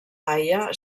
haia